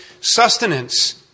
sustenance